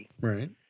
Right